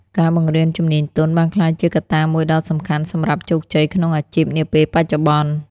ការបង្រៀនជំនាញទន់បានក្លាយជាកត្តាមួយដ៏សំខាន់សម្រាប់ជោគជ័យក្នុងអាជីពនាពេលបច្ចុប្បន្ន។